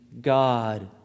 God